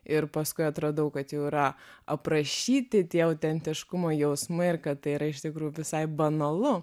ir paskui atradau kad jau yra aprašyti tie autentiškumo jausmai ir tai yra iš tikrųjų visai banalu